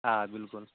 آ بِلکُل